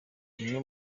zimwe